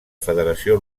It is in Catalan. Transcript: federació